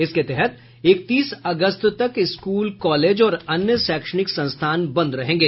इसके तहत इकतीस अगस्त तक स्कूल कॉलेज और अन्य शैक्षणिक संस्थान बंद रहेंगे